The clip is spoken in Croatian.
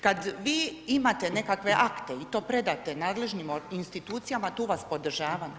Kad vi imate nekakve akte i to predate nadležnim institucijama tu vas podržavam.